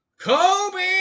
Kobe